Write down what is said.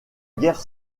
guerre